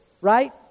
right